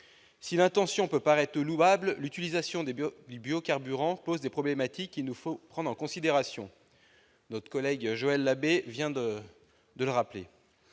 Si l'intention peut paraître louable, l'utilisation des biocarburants soulève des problèmes qu'il nous faut prendre en considération ; notre collègue Joël Labbé vient de le rappeler.